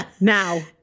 Now